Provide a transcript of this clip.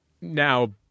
Now –